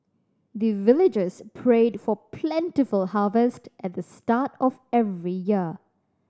the villagers prayed for plentiful harvest at the start of every year